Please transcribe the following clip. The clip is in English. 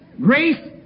Grace